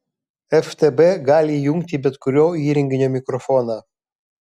ftb gali įjungti bet kurio įrenginio mikrofoną